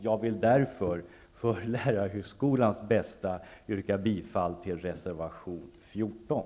Jag vill därför för lärarhögskolans bästa yrka bifall till reservation 14.